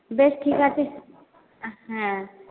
বেশ ঠিক আছে হ্যাঁ